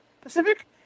Pacific